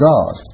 God